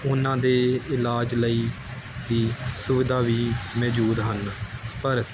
ਉਹਨਾਂ ਦੇ ਇਲਾਜ ਲਈ ਦੀ ਸੁਵਿਧਾ ਵੀ ਮੌਜੂਦ ਹਨ ਪਰ